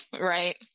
right